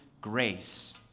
grace